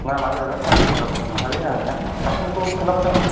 नामा जाहैबाय थाजिमगोरा बसुमथारि आंनिया सासेनिखौ खोन्थाबानो जाखागोन